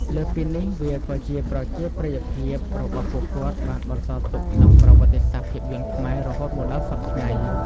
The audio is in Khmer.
លើសពីនេះ វាក៏ជាប្រជាប្រិយភាពរបស់ពួកគាត់បានបន្សល់ទុកក្នុងប្រវត្តិសាស្ត្រភាពយន្តខ្មែររហូតមកដល់សព្វថ្ងៃ។